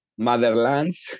motherlands